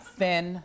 thin